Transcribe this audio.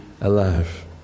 alive